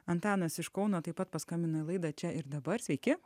antanas iš kauno taip pat paskambino į laidą čia ir dabar sveiki